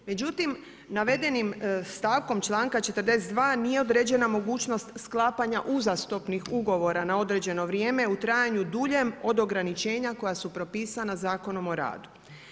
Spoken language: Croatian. Međutim, navedenim stavkom članka 42. nije određena mogućnost sklapanja uzastopnih ugovora na određeno vrijeme u trajanju duljem od ograničenja koja su propisana Zakonom o radu.